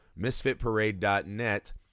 Misfitparade.net